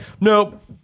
nope